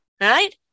Right